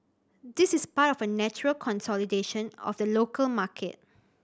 this is part of a natural consolidation of the local market